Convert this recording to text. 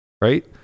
right